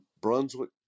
Brunswick